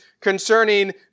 concerning